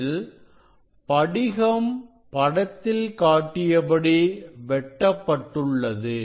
இதில் படிகம் படத்தில் காட்டியபடி வெட்டப்பட்டுள்ளது